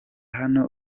hano